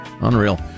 unreal